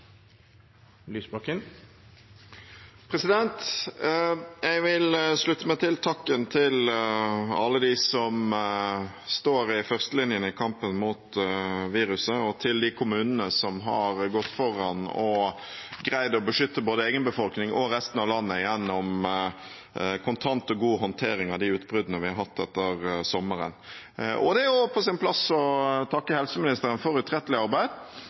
Jeg vil slutte meg til takken til alle dem som står i førstelinjen i kampen mot viruset, og til de kommunene som har gått foran og greid å beskytte både egen befolkning og resten av landet gjennom kontant og god håndtering av de utbruddene vi har hatt etter sommeren. Det er også på sin plass å takke helseministeren for utrettelig arbeid.